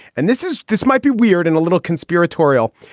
and this is this might be weird and a little conspiratorial.